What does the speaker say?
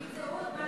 שימצאו את מה שצריך.